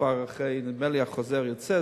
נדמה לי שהחוזר יצא,